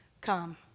Come